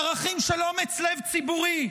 ערכים של אומץ לב ציבורי,